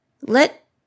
Let